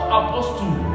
apostle